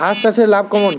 হাঁস চাষে লাভ কেমন?